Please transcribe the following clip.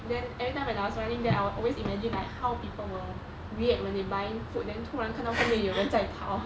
then every time when I was running there I'll always imagine like how people will react when they buying food then 突然看到后面有人在跑